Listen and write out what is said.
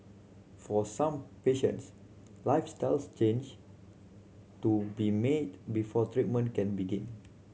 for some patients lifestyles change to be made before treatment can begin